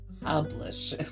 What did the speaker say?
publish